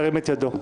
ירים את ידו.